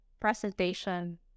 presentation